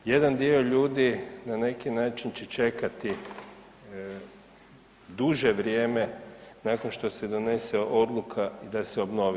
Jedan dio ljudi na neki način će čekati duže vrijeme nakon što se donese odluka i da se obnovi.